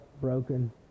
broken